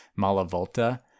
Malavolta